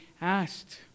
asked